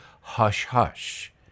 hush-hush